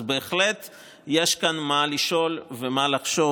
בהחלט יש כאן מה לשאול ומה לחשוב,